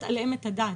עליהם את הדעת.